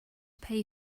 pay